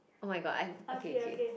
oh-my-god I okay okay